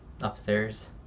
upstairs